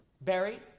buried